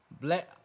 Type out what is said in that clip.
Black